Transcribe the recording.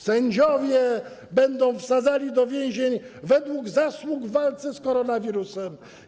Sędziowie będą wsadzali do więzień według zasług w walce z koronawirusem.